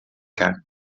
کرد